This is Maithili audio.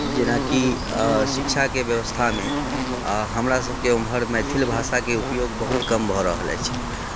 जेनाकि शिक्षाके व्यवस्थामे हमरासभके ओम्हर मैथिल भाषाके उपयोग बहुत कम भऽ रहल अछि